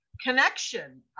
connection